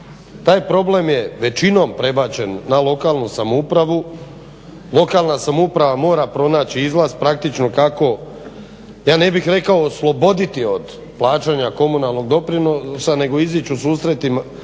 Taj problem je većinom prebačen na lokalnu samoupravu. Lokalna samouprava mora pronaći izlaz praktično kako ja ne bih rekao osloboditi od plaćanja komunalnog doprinosa nego izaći u susret